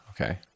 Okay